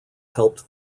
helped